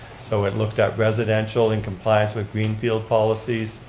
so it looked at residential in compliance with green field policies,